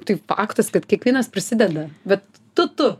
tai faktas kad kiekvienas prisideda bet tu tu